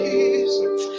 Jesus